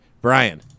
Brian